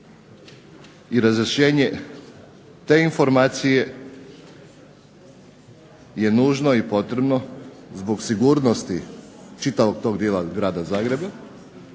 i razrješenje te informacije je nužno i potrebno zbog sigurnosti čitavog tog dijela grada Zagreba,